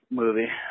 movie